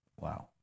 Wow